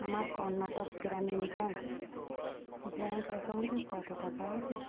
আমার Karnataka Gramin bank bank অ্যাকাউন্টে কতো টাকা আছে